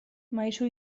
maisu